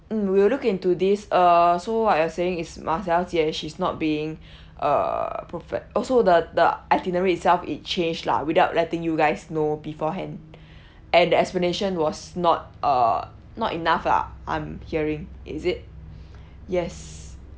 mm we'll look into this err so what you're saying is ma xiao jie she's not being err profe~ also the the itinerary itself it changed lah without letting you guys know beforehand and the explanation was not uh not enough lah I'm hearing is it yes